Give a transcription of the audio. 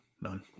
none